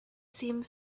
seemed